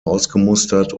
ausgemustert